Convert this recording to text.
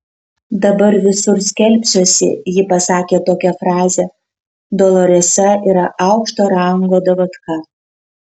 dabar visur skelbsiuosi ji pasakė tokią frazę doloresa yra aukšto rango davatka